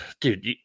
dude